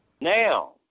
Now